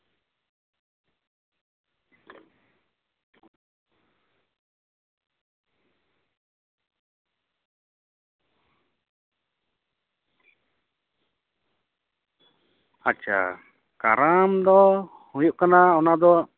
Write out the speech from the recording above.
ᱟᱪᱪᱷᱟ ᱠᱟᱨᱟᱢ ᱫᱚ ᱦᱩᱭᱩᱜ ᱠᱟᱱᱟ ᱚᱱᱟᱫᱚ